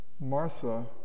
Martha